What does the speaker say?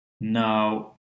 Now